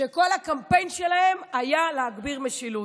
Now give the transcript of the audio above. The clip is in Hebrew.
כשכל הקמפיין שלהם היה להגביר משילות.